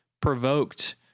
provoked